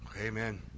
Amen